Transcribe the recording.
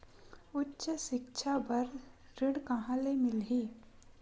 उच्च सिक्छा बर ऋण कहां ले मिलही?